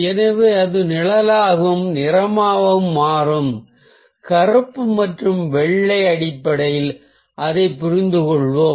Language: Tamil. எனவே எது நிழலாகவும் நிறச்சாயலாகவும் மாறும் கருப்பு மற்றும் வெள்ளை அடிப்படையில் அதைப் புரிந்துகொள்வோம்